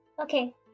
Okay